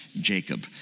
Jacob